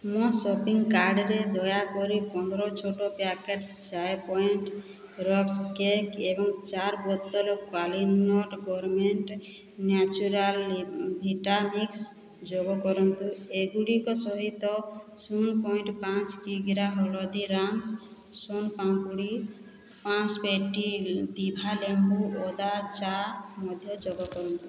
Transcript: ମୋ ସପିଂ କାର୍ଟରେ ଦୟାକରି ପନ୍ଦର ଛୋଟ packet Chai Point rusk cake ଏବଂ ଚାର ବୋତଲ Qualinut gourmet natural vita mix ଯୋଗ କରନ୍ତୁ ଏଗୁଡ଼ିକ ସହିତ ସୁନ ପଏଣ୍ଟ ପାଞ୍ଚ କିଗ୍ରା ହଳଦୀରାମ୍ସ ସୋନ ପାମ୍ପୁଡ଼ି ପାଞ୍ଚ ପେଟି ଦିଭା ଲେମ୍ବୁ ଅଦା ଚା' ମଧ୍ୟ ଯୋଗ କରନ୍ତୁ